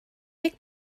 deg